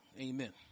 Amen